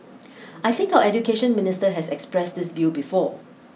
I think our Education Minister has expressed this view before